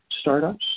startups